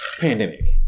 pandemic